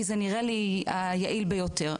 כי זה נראה לי הדבר היעיל ביותר.